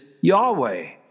Yahweh